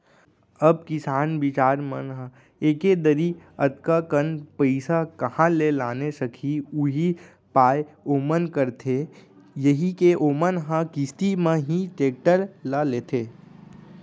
अब किसान बिचार मन ह एके दरी अतका कन पइसा काँहा ले लाने सकही उहीं पाय ओमन करथे यही के ओमन ह किस्ती म ही टेक्टर ल लेथे